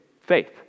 faith